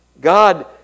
God